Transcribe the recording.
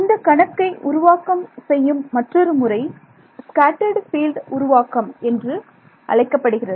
இந்தக் கணக்கை உருவாக்கம் செய்யும் மற்றொரு முறை ஸ்கேட்டர்ட் பீல்டு உருவாக்கம் என்று அழைக்கப்படுகிறது